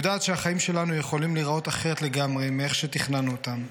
/ יודעת שהחיים שלנו יכולים להיראות אחרת לגמרי מאיך שתכננו אותם.